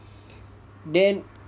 then